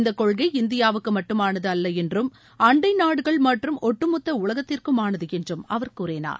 இந்த கொள்கை இந்தியாவுக்கு மட்டுமானது அல்ல என்றும் அண்டை நாடுகள் மற்றும் ஒட்டு மொத்த உலகத்திற்குமானது என்றும் அவர் கூறினார்